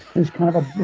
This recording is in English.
it was kind of